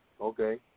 Okay